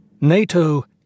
NATO